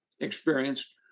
experienced